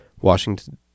Washington